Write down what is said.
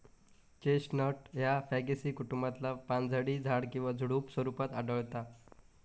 chestnut ह्या Fagaceae कुटुंबातला पानझडी झाड किंवा झुडुप स्वरूपात आढळता